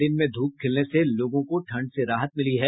दिन में धूप खिलने से लोगों को ठंड से राहत मिली है